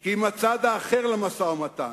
כי אם הצד האחר למשא-ומתן.